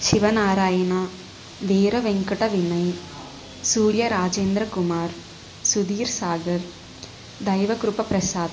Shiva Narayana Veera Venkata Vinay Surya Rajendra Kumar Sudheer Sagar Daiva Krupa Prasad